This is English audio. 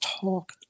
talk